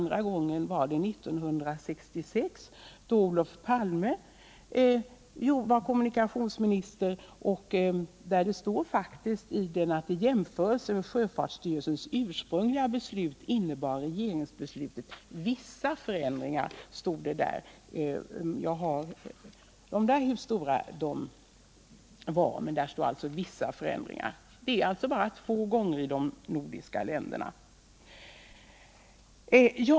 Förut hände det 1966, då Olof Palme var kommunikationsminister och då regeringsbeslutet i jämförelse med sjöfartsstyrelsens ursprungliga beslut innebar vissa förändringar. Detta har alltså skett bara två gånger i de nordiska länderna.